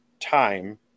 time